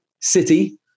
city